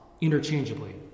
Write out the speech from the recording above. interchangeably